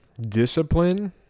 discipline